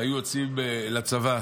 והיו יוצאים לצבא.